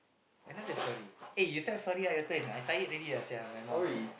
another story eh you tell story ah your turn I tired already sia my mouth